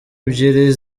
ebyiri